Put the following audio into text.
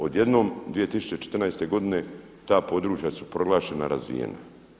Odjednom 2014. godine ta područja su proglašena razvijenim.